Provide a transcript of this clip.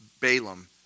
Balaam